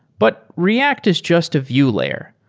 but react is just a vue layer.